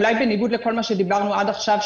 אולי בניגוד לכל מה שדיברנו עד עכשיו,